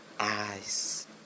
Eyes